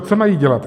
Co mají dělat?